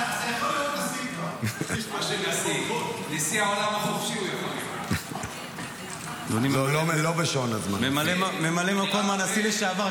------ נשיא העולם החופשי --- ממלא מקום הנשיא לשעבר,